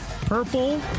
purple